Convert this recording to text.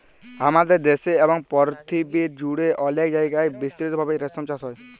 হামাদের দ্যাশে এবং পরথিবী জুড়ে অলেক জায়গায় বিস্তৃত ভাবে রেশম চাস হ্যয়